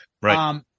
Right